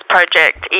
Project